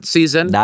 season